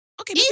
Okay